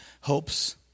hopes